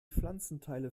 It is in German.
pflanzenteile